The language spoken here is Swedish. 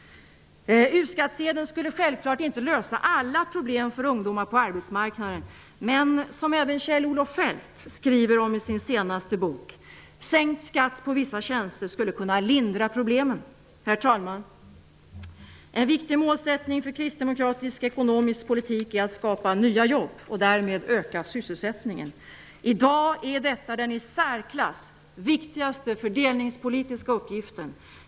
U-skattesedeln skulle självfallet inte lösa alla problem för ungdomar på arbetsmarknaden. Men, som även Kjell-Olof Feldt skriver i sin senaste bok, sänkt skatt på vissa tjänster skulle kunna lindra problemen. Herr talman! En viktig målsättning för kristdemokratisk ekonomisk politik är att skapa nya jobb och därmed öka sysselsättningen. I dag är detta den i särklass viktigaste fördelningspolitiska uppgiften.